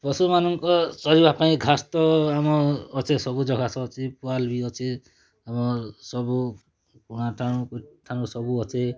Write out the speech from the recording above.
ପଶୁ ମାନଙ୍କ ଚରିବା ପାଇଁ ଘାସ୍ ତ ଆମ୍ ଅଛି ସବୁଜ୍ ଘାସ୍ ଅଛି ପୁଆଲ୍ ବି ଅଛି ଆମର୍ ସବୁ ପୁଣା ଟାଣ ସବୁ ଅଛି